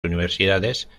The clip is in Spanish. universidades